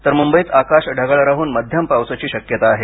तर मुंबईत आकाश ढगाळ राहून मध्यम पावसाची शक्यता आहे